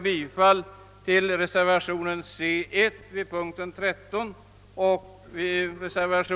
Jag ber att få yrka bi